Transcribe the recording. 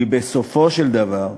כי בסופו של דבר,